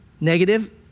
negative